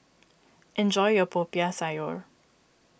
enjoy your Popiah Sayur